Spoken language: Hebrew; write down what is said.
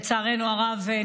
לצערנו הרב,